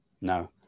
No